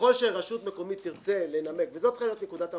ככל שרשות מקומית תרצה לנמק וזו צריכה להיות נקודת המוצא,